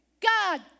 God